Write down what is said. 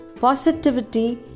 positivity